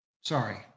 sorry